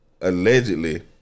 allegedly